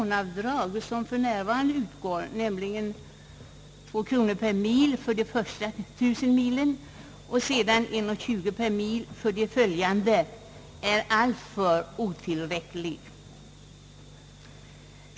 Nuvarande schablonavdrag, 2 kronor per mil för de första tusen milen och 1:20 per mil för följande sträckor är alltför otillräckliga.